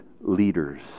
leaders